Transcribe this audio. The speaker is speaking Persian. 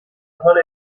حال